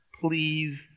please